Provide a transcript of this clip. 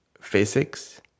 physics